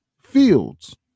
fields